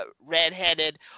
redheaded